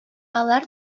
алар